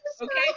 Okay